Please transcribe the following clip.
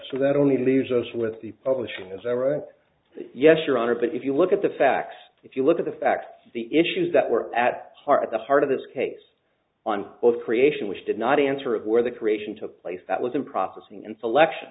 so that only leaves us with the publishing as i wrote it yes your honor but if you look at the facts if you look at the facts the issues that were at heart at the heart of this case on both creation which did not answer of where the creation took place that was in processing and selection